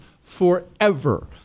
forever